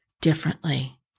differently